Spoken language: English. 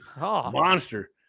Monster